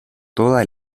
todas